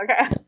Okay